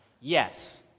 Yes